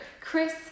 Chris